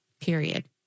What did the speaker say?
Period